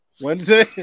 Wednesday